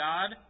God